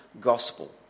Gospel